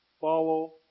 Follow